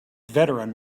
veteran